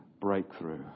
breakthrough